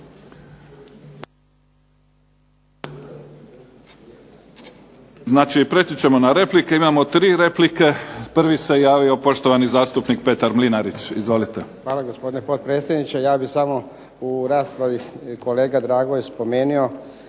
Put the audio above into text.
Znači prijeći ćemo na replike. Imamo tri replike. Prvi se javio poštovani zastupnik Petar Mlinarić. Izvolite. **Mlinarić, Petar (HDZ)** Hvala gospodine potpredsjedniče. Ja bih samo u raspravi kolega Drago je spomenuo